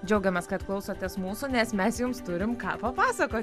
džiaugiamės kad klausotės mūsų nes mes jums turim ką papasakoti